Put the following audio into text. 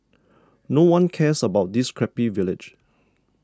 no one cares about this crappy village